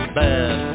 bad